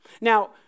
Now